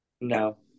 No